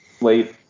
late